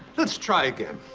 let's try again,